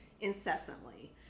incessantly